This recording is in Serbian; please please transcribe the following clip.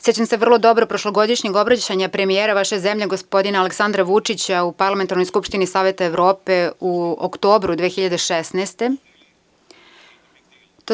Sećam se vrlo dobro prošlogodišnjeg obraćanja premijera vaše zemlje, gospodina Aleksandra Vučića u Parlamentarnoj skupštini Saveta Evrope u oktobru 2016. godine.